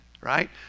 right